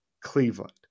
Cleveland